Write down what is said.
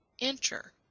ENTER